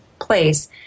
place